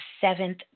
seventh